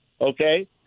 Okay